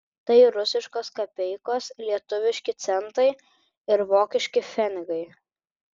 tai rusiškos kapeikos lietuviški centai ir vokiški pfenigai